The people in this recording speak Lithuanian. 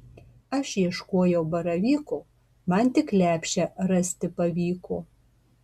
aš ieškojau baravyko man tik lepšę rasti pavyko